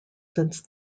since